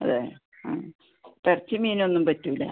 അതെ ആ അപ്പം ഇറച്ചി മീനുമൊന്നും പറ്റില്ല